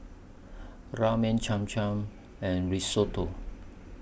Ramen Cham Cham and Risotto